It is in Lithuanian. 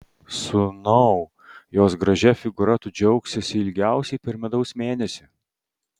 sūnau jos gražia figūra tu džiaugsiesi ilgiausiai per medaus mėnesį